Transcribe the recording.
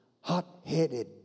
hot-headed